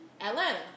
Atlanta